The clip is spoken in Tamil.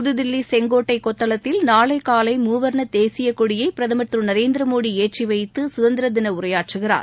புதுதில்லி செங்கோட்டை கொத்தளத்தில் நாளை காலை மூவர்ண தேசிய கொடியை பிரதமர் திரு நரேந்திர மோடி ஏற்றிவைத்து சுதந்திர தின உரையாற்றுகிறார்